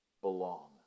belong